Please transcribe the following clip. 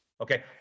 okay